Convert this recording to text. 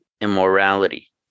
immorality